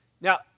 Now